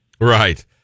Right